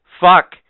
fuck